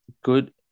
good